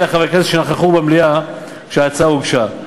אלה חברי הכנסת שנכחו במליאה כשההצעה הוגשה.